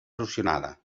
erosionada